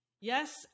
yes